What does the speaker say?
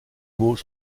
mots